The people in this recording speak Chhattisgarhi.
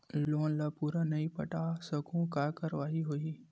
लोन ला पूरा नई पटा सकहुं का कारवाही होही?